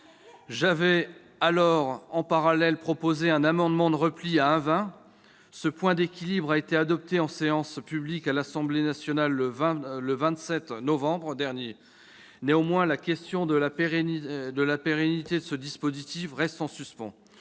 J'avais alors en parallèle proposé un amendement de repli à 1,20 % du SMIC. Ce point d'équilibre a été adopté en séance publique par l'Assemblée nationale le 27 novembre dernier. Néanmoins, la question de la pérennité de ce dispositif reste en suspens.